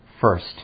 first